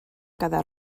quedar